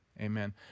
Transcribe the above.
amen